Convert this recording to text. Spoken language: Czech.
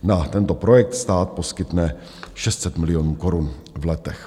Na tento projekt stát poskytne 600 milionů korun v letech.